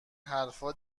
حرفا